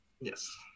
Yes